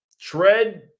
tread